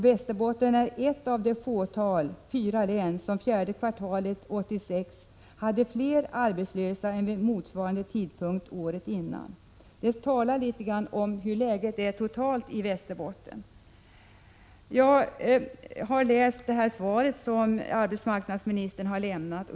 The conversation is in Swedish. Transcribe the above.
Västerbotten är ett av de få län — fyra stycken — som fjärde kvartalet 1986 hade fler arbetslösa än vid motsvarande tidpunkt året innan. Det talar litet grand om hur läget är totalt sett i Västerbotten. Jag har läst det svar som arbetsmarknadsministern har lämnat.